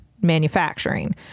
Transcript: manufacturing